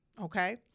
okay